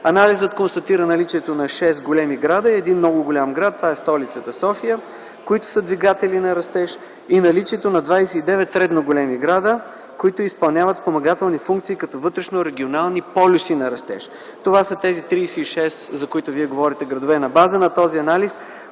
Анализът констатира наличието на 6 големи града и един много голям град – това е столицата София, които са двигатели на растеж и наличието на 29 средно големи града, които изпълняват спомагателни функции като вътрешнорегионални полюси на растеж – това са тези 36, за които Вие говорите. На база на този анализ,